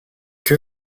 que